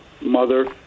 mother